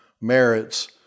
merits